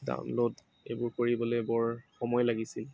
download এইবোৰ কৰিবলৈ বৰ সময় লাগিছিল